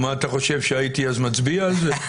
אתה חושב שהייתי מצביע על זה אז?